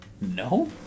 No